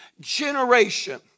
generation